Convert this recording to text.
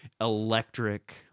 electric